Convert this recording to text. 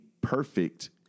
perfect